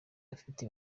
afite